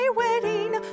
wedding